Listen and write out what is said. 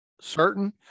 certain